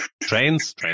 trains